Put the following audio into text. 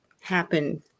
happen